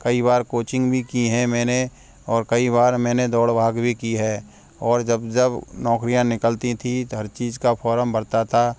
कई बार कोचिंग भी की हैं मैंने और कई बार मैंने दौड़ भाग भी की है और जब जब नौकरियाँ निकलती थी त हर चीज़ का फाॅरम भरता था